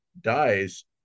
dies